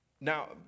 Now